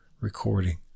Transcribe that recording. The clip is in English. recording